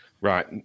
right